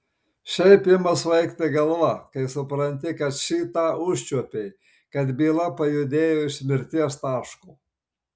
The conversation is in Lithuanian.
šiaip ima svaigti galva kai supranti kad šį tą užčiuopei kad byla pajudėjo iš mirties taško